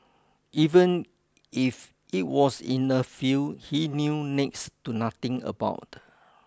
even if it was in a field he knew next to nothing about